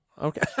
okay